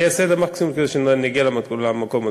אני אעשה את המקסימום כדי שנגיע למקום הזה.